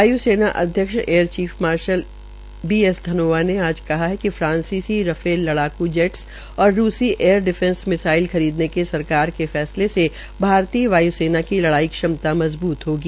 वाय्सेना अध्यक्ष air chief marshal B S Dhanoa ने आज कहा कि फ्रांसीसी राफेल लड़ाक् जेट और रूसी एयर डिफेंस मिसाइल खरीदने के सरकार के फैसले से भारतीय वाय्सेना की लड़ाई क्षमता मज़बूत होगी